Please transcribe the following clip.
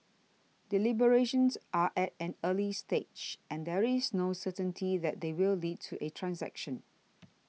deliberations are at an early stage and there is no certainty that they will lead to a transaction